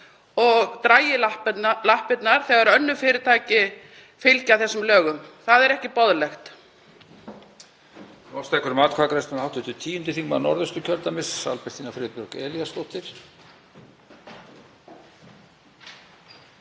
og dragi lappirnar þegar önnur fyrirtæki fylgja lögum. Það er ekki boðlegt.